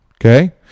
okay